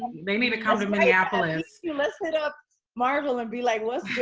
they need to come to minneapolis. let's hit up marvel and be like, what's